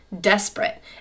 desperate